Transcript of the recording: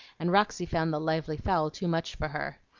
and roxy found the lively fowl too much for her.